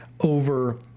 over